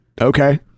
Okay